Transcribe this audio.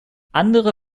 andere